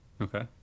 Okay